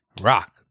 Rock